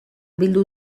bildu